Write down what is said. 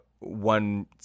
one